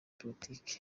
politiki